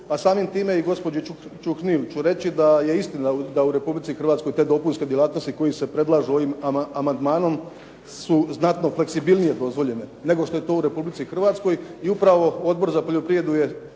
a samim time i gospođi Čuhnil ću reći da je istina da u RH te dopunske djelatnosti koje se predlažu ovim amandmanom su znatno fleksibilnije dozvoljene nego što je to u Republici Hrvatskoj i upravo Odbor za poljoprivredu je